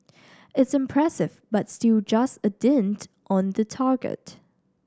it's impressive but still just a dint on the target